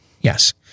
yes